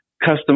custom